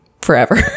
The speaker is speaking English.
forever